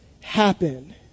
happen